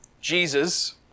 Jesus